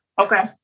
Okay